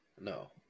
No